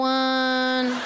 one